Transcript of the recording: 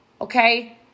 okay